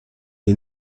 les